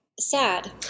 sad